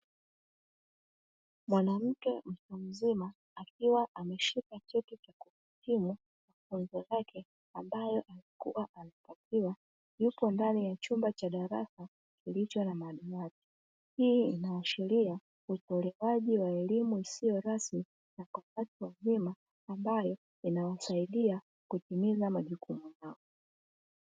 Mwanamke mtu mzima akiwa ameshika cheti cha kuhitimu mafunzo yake ambayo alikuwa anapatiwa, yupo ndani ya chumba cha darasa kilicho na madawati. Hii inaashiria utolewaji wa elimu isiyo rasmi na kupatwa vyema ambayo inawasaidia kutimiza majukumu yao.